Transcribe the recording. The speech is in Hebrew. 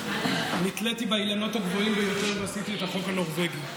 נתליתי באילנות הגבוהים ביותר ועשיתי את החוק הנורבגי.